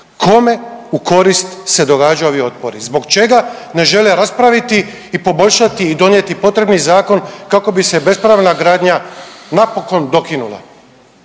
Kome u korist se događaju ovi otpori, zbog čega ne žele raspraviti i poboljšati i donijeti potrebni zakon kako bi se bespravna gradnja napokon dokinula?